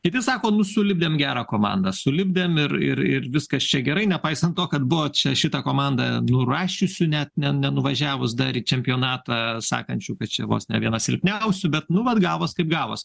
kiti sako nu sulipdėm gerą komandą sulipdėm ir ir ir viskas čia gerai nepaisant to kad buvo čia šitą komandą nurašiusių net ne nenuvažiavus dar į čempionatą sakančių kad čia vos ne viena silpniausių bet nu vat gavos kaip gavos